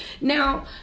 Now